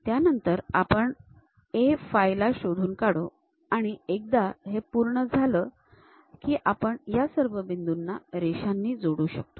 त्यानंतर आपण A 5 ला शोधून काढू आणि एकदा ही पूर्ण झालं की आपण या सर्व बिंदूंना रेषांनी जोडू शकतो